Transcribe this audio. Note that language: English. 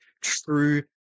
true